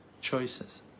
choices